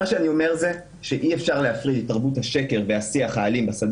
מה שאני אומר זה שאי אפשר להפריד את תרבות השקר והשיח האלים בשדה